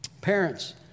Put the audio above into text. Parents